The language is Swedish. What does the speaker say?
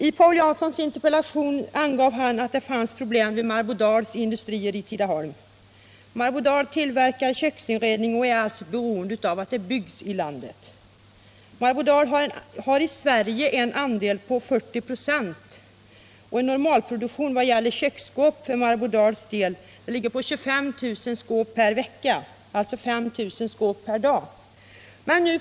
I sin interpellation angav Paul Jansson att problem fanns vid Marbodals industrier i Tidaholm. Marbodal tillverkar köksinredning och är alltså beroende av att det byggs i landet. Marbodal har i Sverige en marknadsandel på 40 96. En normalproduktion i vad gäller köksskåp för Marbodals del är 25 000 skåp per vecka, alltså 5 000 skåp per dag.